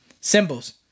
symbols